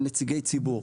הם נציגי ציבור.